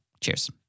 Cheers